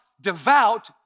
devout